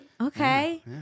okay